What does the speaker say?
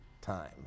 time